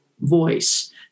voice